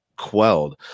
quelled